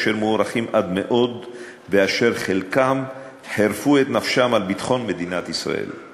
אשר מוערכים עד מאוד ואשר חלקם חירפו את נפשם על ביטחון מדינת ישראל.